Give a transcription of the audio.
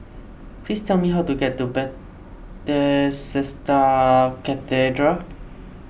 please tell me how to get to Cathedral